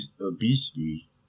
obesity